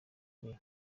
ari